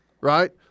right